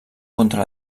contra